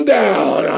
down